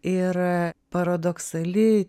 ir paradoksali